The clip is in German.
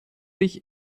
sich